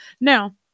now